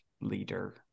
leader